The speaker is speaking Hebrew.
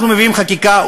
אנחנו מביאים חקיקה,